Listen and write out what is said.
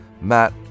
Matt